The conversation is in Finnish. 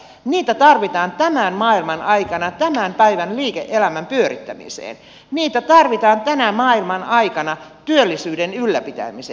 niitä tarvitaan tämän maailman aikana tämän päivän liike elämän pyörittämiseen niitä tarvitaan tänä maailman aikana työllisyyden ylläpitämiseen